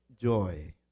joy